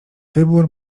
wybór